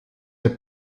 der